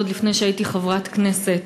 עוד לפני שהייתי חברת כנסת.